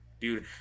dude